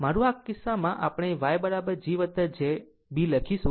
આમ આ કિસ્સામાં આપણે YG jB લખીશું